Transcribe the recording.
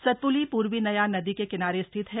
सतप्ली पूर्वी नयार नदी के किनारे स्थित है